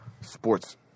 sports